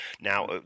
Now